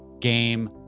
game